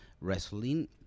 wrestling